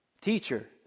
Teacher